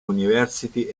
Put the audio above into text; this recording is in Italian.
university